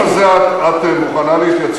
רגע, ובנוסח הזה את מוכנה להתייצב?